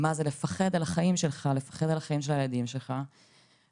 מה זה לפחד על החיים שלך או לפחד על החיים של הילדים שלך והן